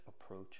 approach